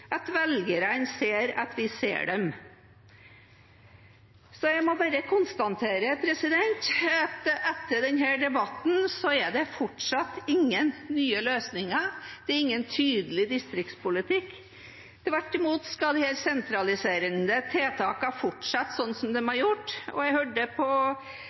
at velgerne ser at vi ser dem? Jeg må bare konstatere at etter denne debatten er det fortsatt ingen nye løsninger, det er ingen tydelig distriktspolitikk – tvert imot skal disse desentraliserende tiltakene fortsette sånn som de har gjort. Jeg hørte på radioen i morges at det i dag er på